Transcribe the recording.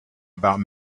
about